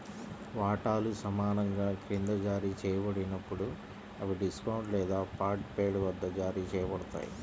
వాటాలు సమానంగా క్రింద జారీ చేయబడినప్పుడు, అవి డిస్కౌంట్ లేదా పార్ట్ పెయిడ్ వద్ద జారీ చేయబడతాయి